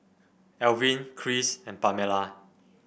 Elvin Chris and Pamella